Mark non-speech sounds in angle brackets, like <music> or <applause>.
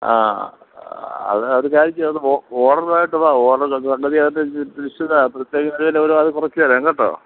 ആ അത് അത് കാര്യം ചെയ്യൊന്ന് ഓ ഓർഡറ് ആയിട്ട് വാ ഓർഡർ <unintelligible> കുറച്ച് തരാം കേട്ടോ